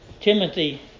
Timothy